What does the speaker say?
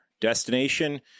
Destination